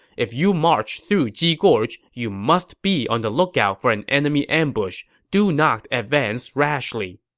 if you march through ji gorge, you must be on the lookout for an enemy ambush. do not advance rashly.